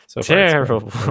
terrible